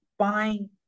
buying